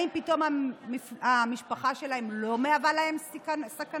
האם פתאום המשפחה שלהם לא מהווה להם סכנה?